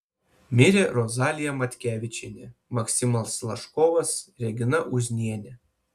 mirė rozalija matkevičienė maksimas laškovas regina uznienė